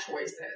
choices